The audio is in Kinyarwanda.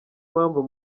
mpamvu